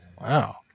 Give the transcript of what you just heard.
Wow